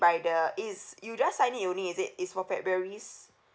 by the it's you just sign it only is it's for february's